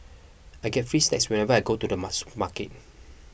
I get free snacks whenever I go to the supermarket